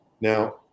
Now